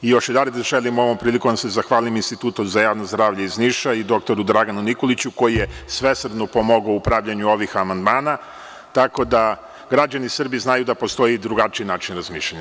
Još jedanput želim ovom prilikom da se zahvalim Institutu za javno zdravlje iz Niša i dr Draganu Nikoliću koji je svesrdno pomogao u pravljenju ovih amandmana, tako da građani Srbije znaju da postoji i drugačiji način razmišljanja.